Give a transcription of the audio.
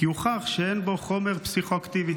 כי הוכח שאין בו חומר פסיכו-אקטיבי.